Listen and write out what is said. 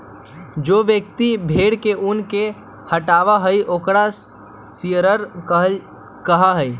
जो व्यक्ति भेड़ के ऊन के हटावा हई ओकरा शियरर कहा हई